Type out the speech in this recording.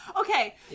Okay